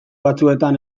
batzuetan